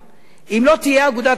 אם לא תהיה אגודת ישראל,